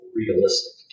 realistic